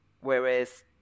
whereas